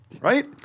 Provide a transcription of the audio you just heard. Right